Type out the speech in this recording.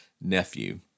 nephew